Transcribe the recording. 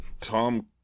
Tom